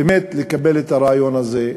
באמת, לקבל את הרעיון הזה,